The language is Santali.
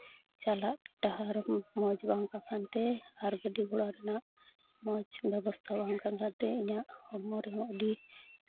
ᱪᱟᱞᱟᱜ ᱰᱟᱦᱟᱨ ᱢᱚᱡᱽ ᱵᱟᱝ ᱠᱟᱱᱛᱮ ᱟᱨ ᱜᱟᱹᱰᱤ ᱜᱷᱳᱲᱟ ᱨᱮᱱᱟᱜ ᱢᱚᱡᱽ ᱵᱮᱵᱚᱥᱛᱷᱟ ᱵᱟᱝ ᱠᱟᱱᱛᱮ ᱤᱧᱟᱹᱜ ᱜᱚᱲᱢᱚ ᱨᱮᱦᱚᱸ ᱟᱹᱰᱤ